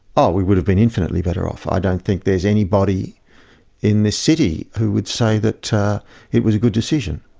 oh, we would have been infinitely better off. i don't think there's anybody in the city who would say that it was a good decision.